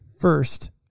first